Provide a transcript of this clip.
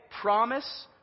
promise